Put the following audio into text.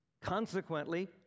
consequently